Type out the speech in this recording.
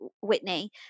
Whitney